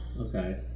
Okay